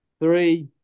Three